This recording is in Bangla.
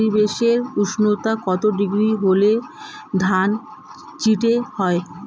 পরিবেশের উষ্ণতা কত ডিগ্রি হলে ধান চিটে হয়?